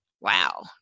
wow